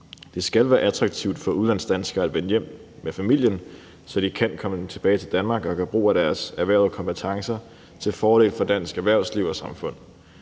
Det skal være attraktivt for udlandsdanskere at vende hjem med familien, så de kan komme tilbage til Danmark og gøre brug af deres erhvervede kompetencer til fordel for dansk erhvervsliv og samfund.